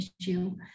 issue